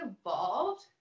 evolved